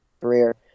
career